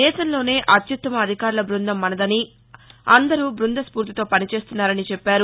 దేశంలోనే అత్యుత్తమ అధికారుల బృందం మనదని అందరూ బృంద స్ఫూర్తితో పనిచేస్తున్నారని చెప్పారు